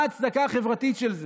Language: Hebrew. מה ההצדקה החברתית של זה?